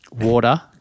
water